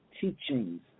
Teachings